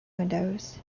windows